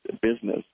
business